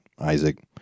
Isaac